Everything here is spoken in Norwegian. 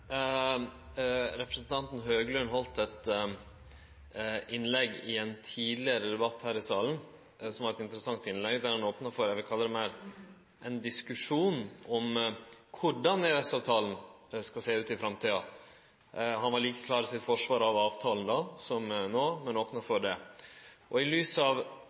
Representanten Høglund heldt eit interessant innlegg i ein tidlegare debatt her i salen, der han opna for ein diskusjon om korleis EØS-avtalen skal sjå ut i framtida. Han var like klar i sitt forsvar av avtalen då som no, men han opna for det. I lys av